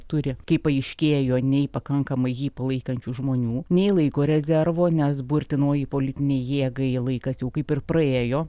turi kaip paaiškėjo nei pakankamai jį palaikančių žmonių nei laiko rezervo nes burtinoji politinei jėgai laikas jau kaip ir praėjo